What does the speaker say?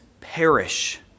perish